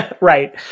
Right